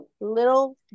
Little